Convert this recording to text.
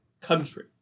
country